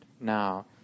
now